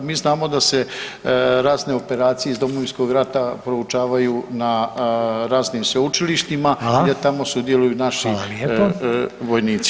Mi znamo da se razne operacije iz Domovinskog rata proučavaju na raznim sveučilištima [[Upadica Reiner: Hvala.]] jer tamo sudjeluju naši vojnici.